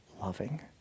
loving